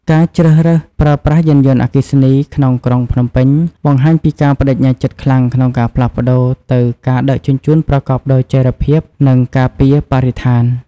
ការជ្រើសរើសប្រើប្រាស់យានយន្តអគ្គីសនីក្នុងក្រុងភ្នំពេញ បង្ហាញពីការប្តេជ្ញាចិត្តខ្លាំងក្នុងការផ្លាស់ប្តូរទៅការដឹកជញ្ជូនប្រកបដោយចីរភាព និងការពារបរិស្ថាន។